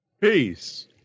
Peace